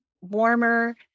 warmer